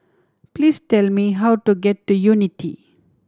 please tell me how to get to Unity